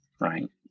Right